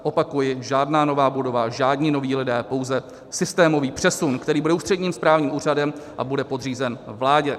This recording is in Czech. Opakuji, žádná nová budova, žádní noví lidé, pouze systémový přesun, který bude ústředním správním úřadem a bude podřízen vládě.